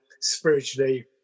spiritually